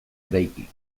eraiki